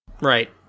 Right